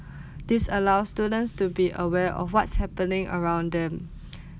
this allows students to be aware of what's happening around them